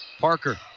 Parker